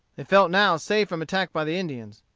they felt now safe from attack by the indians.